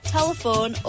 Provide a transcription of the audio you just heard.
Telephone